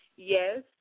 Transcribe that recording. Yes